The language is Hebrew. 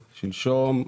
שלשום.